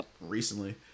recently